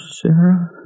Sarah